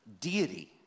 deity